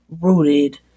rooted